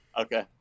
Okay